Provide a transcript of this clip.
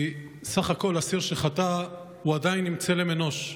בסך הכול, אסיר שחטא הוא עדיין צלם אנוש.